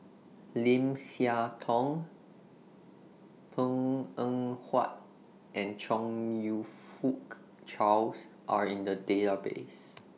Lim Siah Tong Png Eng Huat and Chong YOU Fook Charles Are in The Database